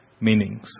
meanings